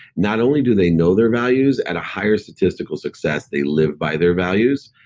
not only do they know their values, at a higher statistical success they live by their values.